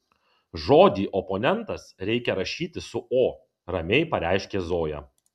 žodį oponentas reikia rašyti su o ramiai pareiškė zoja